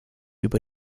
über